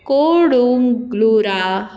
कोडूंगलुरा